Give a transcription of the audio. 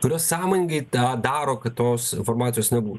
kurios sąmoningai tą daro kad tos informacijos nebūtų